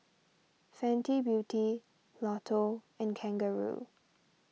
Fenty Beauty Lotto and Kangaroo